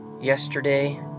yesterday